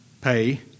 pay